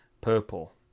Purple